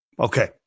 Okay